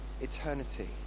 eternity